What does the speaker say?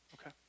Okay